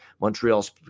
Montreal's